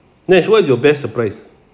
nesh what is your best surprise